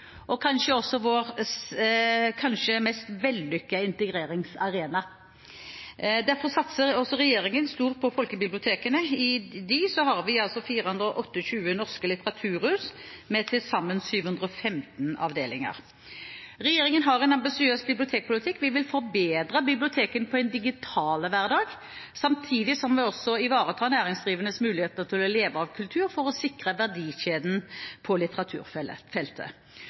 og er kanskje vår mest vellykkede integreringsarena. Derfor satser også regjeringen stort på folkebibliotekene. I dem har vi altså 428 norske litteraturhus med til sammen 715 avdelinger. Regjeringen har en ambisiøs bibliotekpolitikk. Vi vil forberede bibliotekene på en digital hverdag, samtidig som vi ivaretar næringsdrivendes muligheter til å leve av kultur for å sikre verdikjeden på